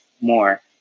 more